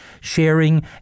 sharing